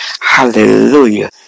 Hallelujah